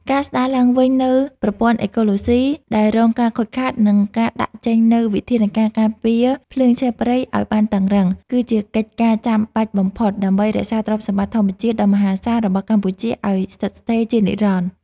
ការស្ដារឡើងវិញនូវប្រព័ន្ធអេកូឡូស៊ីដែលរងការខូចខាត និងការដាក់ចេញនូវវិធានការការពារភ្លើងឆេះព្រៃឱ្យបានតឹងរ៉ឹង គឺជាកិច្ចការចាំបាច់បំផុតដើម្បីរក្សាទ្រព្យសម្បត្តិធម្មជាតិដ៏មហាសាលរបស់កម្ពុជាឱ្យស្ថិតស្ថេរជានិរន្តរ៍។